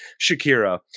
Shakira